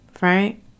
right